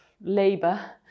labor